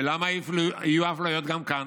ולמה יהיו אפליות גם כאן?